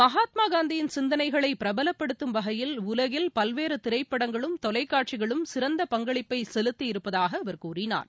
மகாத்மாககாந்தியின் சிந்தனைகளைபிரபலப்படுத்தும் வகையில் உலகில் பல்வேறுதிரைப்படங்களும் தொலைக்காட்சிகளும் சிறந்த பங்களிப்பைசெலுத்தியிருப்பதாகஅவர் கூறினார்